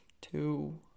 two